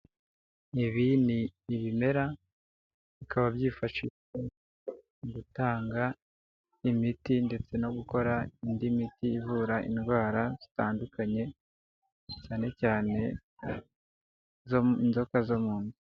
Ibi ni ibimera bikaba byifashishwa mu gutanga imiti ndetse no gukora indi miti ivura indwara zitandukanye cyane cyane inzoka zo mu nda.